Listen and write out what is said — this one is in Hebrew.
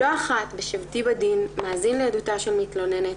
לא אחת בשבתי בדין מאזין לעדותה של מתלוננת,